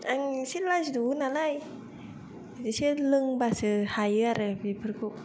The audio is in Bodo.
आं एसे लाजिद'बो नालाय एसे लोंबासो हायो आरो बेफोरखौ